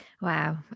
wow